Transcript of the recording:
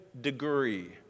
degree